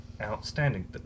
outstanding